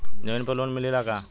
जमीन पर लोन मिलेला का?